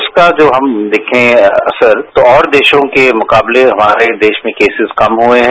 उसको जो हम देखे असर तो और देशों के मुकाबले हमारे देश में कोसिस कम हुए हैं